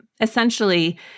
essentially